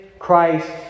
Christ